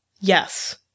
Yes